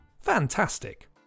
Fantastic